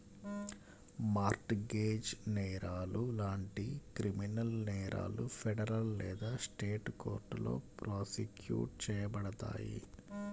mart gauge నేరాలు లాంటి criminal నేరాలు ఫెడరల్ లేదా స్టేట్ కోర్టులో ప్రాసిక్యూట్ చేయబడతాయి